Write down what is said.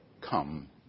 come